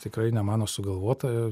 tikrai ne mano sugalvota